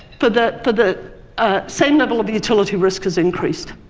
for the the ah same level of utility, risk has increased.